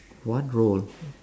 what role